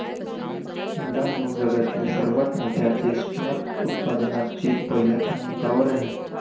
मुलांनो जगातील सर्वात मोठ्या चेस्टनट उत्पादनात चीन पहिल्या क्रमांकावर आहे